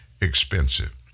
expensive